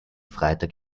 freitag